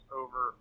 over